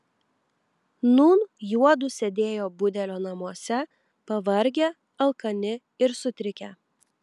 nūn juodu sėdėjo budelio namuose pavargę alkani ir sutrikę